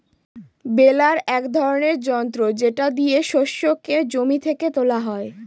বেলার এক ধরনের যন্ত্র এটা দিয়ে শস্যকে জমি থেকে তোলা হয়